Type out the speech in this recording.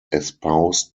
espoused